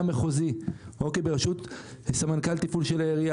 מחוזי בראשות סמנכ"ל התפעול של העירייה,